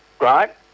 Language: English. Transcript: right